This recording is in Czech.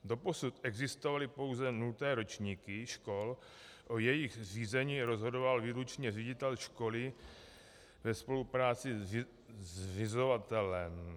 Doposud existovaly pouze nulté ročníky škol, o jejich zřízení rozhodoval výlučně ředitel školy ve spolupráci se zřizovatelem.